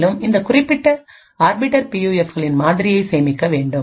மேலும் இந்த குறிப்பிட்ட ஆர்பிட்டர் பியூஎஃப்களின்மாதிரியை சேமிக்க வேண்டும்